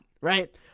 right